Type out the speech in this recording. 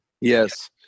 Yes